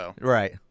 Right